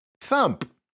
Thump